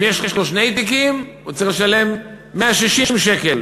אם יש לו שני תיקים הוא צריך לשלם 160 שקלים.